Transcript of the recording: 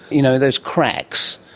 you know, those cracks,